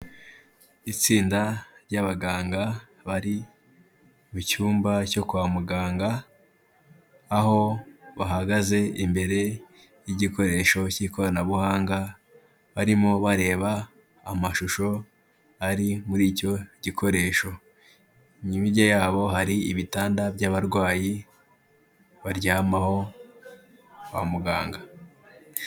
Itsinda ry'abaganga bari mu cyumba cyo kwa muganga, aho bahagaze imbere y'igikoresho cy'ikoranabuhanga barimo bareba amashusho ari muri icyo gikoresho, hirya yabo hari ibitanda by'abarwayi baryamaho kwa muganga.